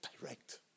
Direct